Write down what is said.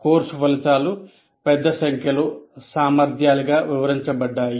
course ఫలితాలు పెద్ద సంఖ్యలో సామర్థ్యాలుగా వివరించబడ్డాయి